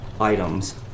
items